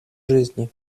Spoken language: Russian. жизни